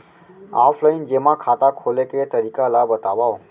Offline जेमा खाता खोले के तरीका ल बतावव?